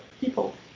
people